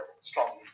strongly